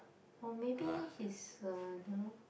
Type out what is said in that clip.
or maybe he's uh don't know